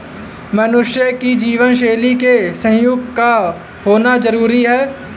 मनुष्य की जीवन शैली में सहयोग का होना जरुरी है